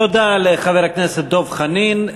תודה לחבר הכנסת דב חנין.